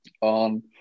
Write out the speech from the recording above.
on